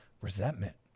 resentment